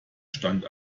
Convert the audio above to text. stand